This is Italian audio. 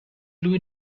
lui